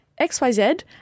XYZ